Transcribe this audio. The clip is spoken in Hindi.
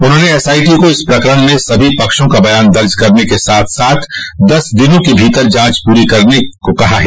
उन्होंने एस आईटी को इस प्रकरण में सभी पक्षों का बयान दर्ज करने के साथ साथ दस दिनों के भीतर जांच पूरी करने के लिये कहा है